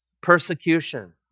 persecution